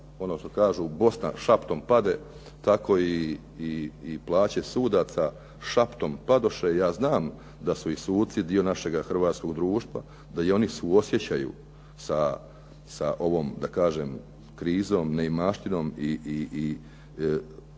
ono što kažu, "Bosna šaptom pade", tako i plaće sudaca šaptom padoše. Ja znam da su i suci dio našeg hrvatskog društva, da i oni suosjećaju da kažem sa ovom krizom, neimaštinom i popuno